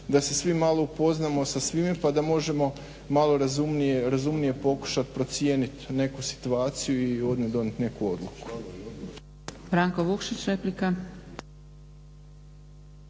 da se svi malo upoznamo sa svime pa da možemo malo razumnije pokušati procijenit neku situaciju i onda donijet neku odluku.